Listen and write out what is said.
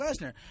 Lesnar